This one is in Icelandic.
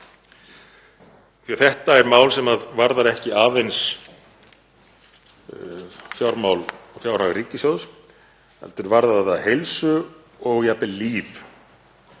því að þetta er mál sem varðar ekki aðeins fjármál, fjárhag ríkissjóðs heldur varða heilsu og jafnvel líf